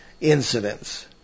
incidents